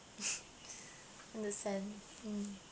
understand mm